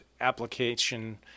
application